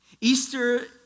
Easter